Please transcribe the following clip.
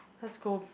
let's go